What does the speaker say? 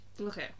Okay